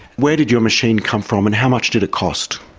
where did your machine come from and how much did it cost?